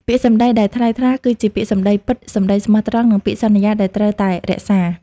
ពាក្យសម្ដីដែលថ្លៃថ្លា គឺជាពាក្យសម្ដីពិត សម្ដីស្មោះត្រង់ និងពាក្យសន្យាដែលត្រូវតែរក្សា។